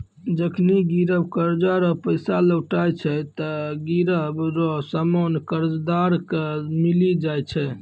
जखनि गिरब कर्जा रो पैसा लौटाय छै ते गिरब रो सामान कर्जदार के मिली जाय छै